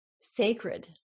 sacred